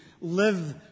live